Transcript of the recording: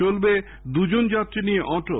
চলবে দুজন যাত্রী নিয়ে অটোও